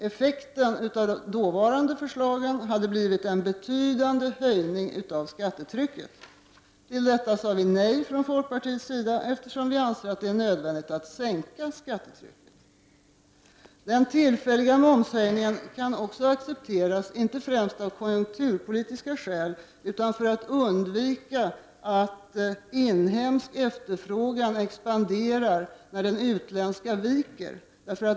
Effekten av de då föreliggande förslagen hade blivit en betydande höjning av skattetrycket. Till detta sade vi i folkpartiet nej, eftersom vi anser att det är nödvändigt att sänka skattetrycket. Den tillfälliga momshöjningen kan också accepteras, inte främst av konjunkturpolitiska skäl, utan för att man bör undvika att inhemsk efterfrågan expanderar när den utländska viker.